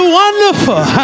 wonderful